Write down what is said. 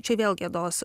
čia vėl giedos